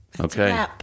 Okay